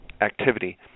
activity